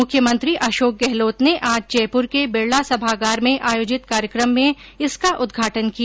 मुख्यमंत्री अशोक गहलोत ने आज जयपुर के विडला सभागार में आयोजित कार्यक्रम में इसका उदघाटन किया